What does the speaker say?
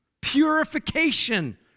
purification